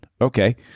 Okay